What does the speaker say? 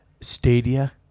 stadia